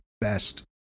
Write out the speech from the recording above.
best